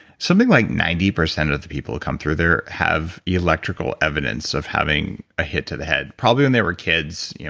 something like ninety percent of the people that come through there have electrical evidence of having a hit to the head, probably when they were kids. yeah